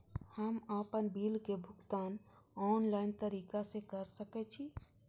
हम आपन बिल के भुगतान ऑनलाइन तरीका से कर सके छी?